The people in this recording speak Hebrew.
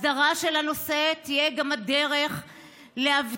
הסדרה של הנושא תהיה גם הדרך להבטיח